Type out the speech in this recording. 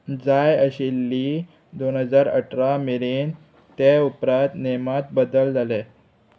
जाय आशिल्ली दोन हजार अठरा मेरेन ते उपरांत नेमांत बदल जाले